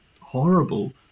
horrible